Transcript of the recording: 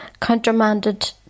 countermanded